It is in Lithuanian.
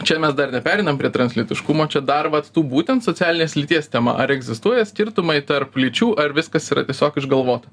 čia mes dar nepereinam prie translytiškumo čia dar vat tų būtent socialinės lyties tema ar egzistuoja skirtumai tarp lyčių ar viskas yra tiesiog išgalvota